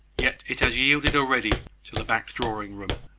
yet it has yielded already to the back drawing-room,